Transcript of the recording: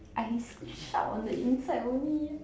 I sc~ shout on the inside only